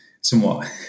somewhat